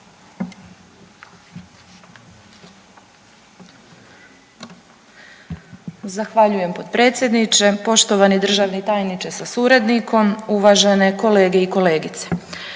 Zahvaljujem potpredsjedniče, poštovani državni tajniče sa suradnikom, uvažene kolege i kolegice.